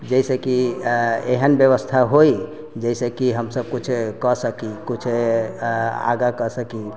जैसेकि एहन व्यवस्था होइ जाहिसँ की हमसब किछु कऽ सकी किछु आगाँ कऽ सकी